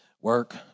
work